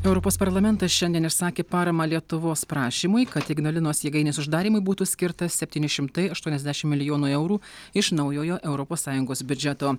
europos parlamentas šiandien išsakė paramą lietuvos prašymui kad ignalinos jėgainės uždarymui būtų skirta septyni šimtai aštuoniasdešim milijonų eurų iš naujojo europos sąjungos biudžeto